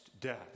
Death